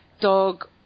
dog